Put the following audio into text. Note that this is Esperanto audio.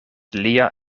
lia